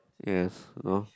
yes no